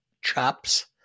chops